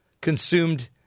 consumed